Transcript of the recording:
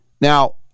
Now